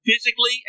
Physically